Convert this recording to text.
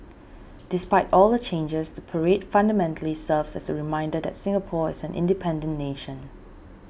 despite all the changes the parade fundamentally serves as a reminder that Singapore is an independent nation